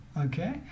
okay